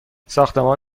ساختمان